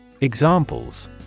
Examples